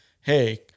Hey